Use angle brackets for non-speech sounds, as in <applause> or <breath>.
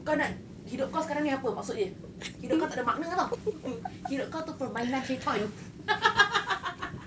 kau nak hidup kau ni sekarang apa maksud dia <breath> hidup kau tak ada makna [tau] hidup kau tu permainan syaitan <laughs>